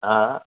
हा